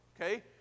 okay